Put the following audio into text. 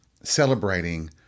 celebrating